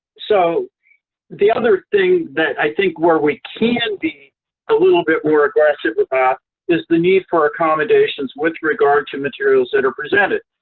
so the other thing that i think where we can be a little bit more aggressive about is the need for accommodations with regard to materials that are presented.